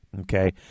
okay